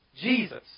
Jesus